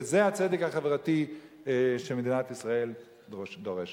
וזה הצדק החברתי שמדינת ישראל דורשת.